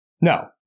No